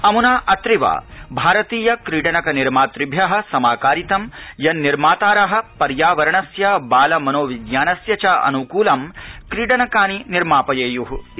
अमुना अत्रैव भारतीयक्रीडनकनिर्मातृभ्य समाकारितं यत् निर्मातार पर्यावरणस्य बालमनोविज्ञानस्य च अनुकूलं क्रीडनकानि निर्मापयेयु इति